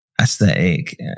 aesthetic